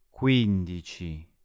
quindici